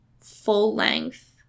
full-length